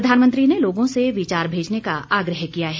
प्रधानमंत्री ने लोगों से विचार भेजने का आग्रह किया है